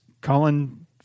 Colin